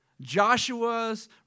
Joshua's